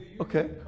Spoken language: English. Okay